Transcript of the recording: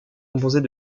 composées